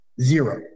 zero